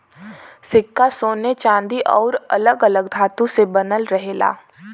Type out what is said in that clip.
सिक्का सोने चांदी आउर अलग अलग धातु से बनल रहेला